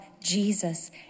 Jesus